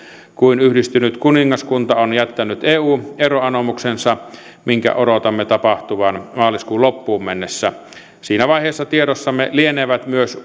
kun yhdistynyt kuningaskunta on jättänyt eu eroanomuksensa minkä odotamme tapahtuvan maaliskuun loppuun mennessä siinä vaiheessa tiedossamme lienevät myös